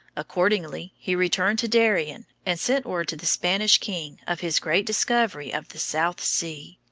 accordingly he returned to darien, and sent word to the spanish king of his great discovery of the south sea.